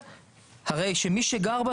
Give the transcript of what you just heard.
שתאמר שיש הליך כזה